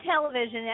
television